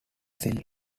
silver